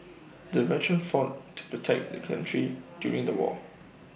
the veteran fought to protect the country during the war